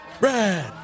red